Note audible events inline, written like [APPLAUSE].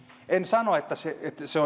en sano että se se [UNINTELLIGIBLE]